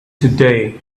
today